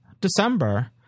December